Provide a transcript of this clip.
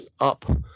up